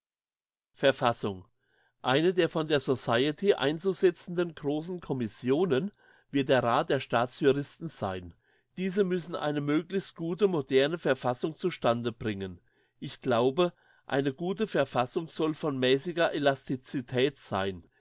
verfassung eine der von der society einzusetzenden grossen commissionen wird der rath der staatsjuristen sein diese müssen eine möglichst gute moderne verfassung zustandebringen ich glaube eine gute verfassung soll von mässiger elasticität sein